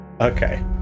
okay